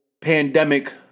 pandemic